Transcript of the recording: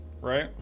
right